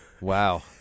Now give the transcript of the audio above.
Wow